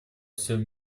всем